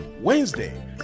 Wednesday